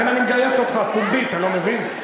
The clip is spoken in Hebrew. לכן, אני מגייס אותך פומבית, אתה לא מבין?